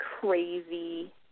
crazy